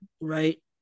right